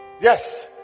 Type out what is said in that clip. yes